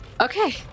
Okay